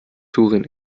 turin